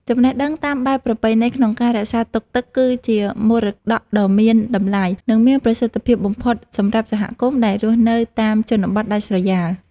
ចំណេះដឹងតាមបែបប្រពៃណីក្នុងការរក្សាទុកទឹកគឺជាមរតកដ៏មានតម្លៃ និងមានប្រសិទ្ធភាពបំផុតសម្រាប់សហគមន៍ដែលរស់នៅតាមជនបទដាច់ស្រយាល។